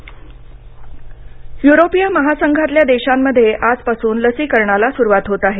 यु्रोप लसीकरण युरोपीय महासंघातल्या देशांमध्ये आजपासून लसीकरणाला सुरुवात होत आहे